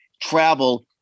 travel